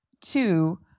Two